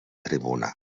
tribuna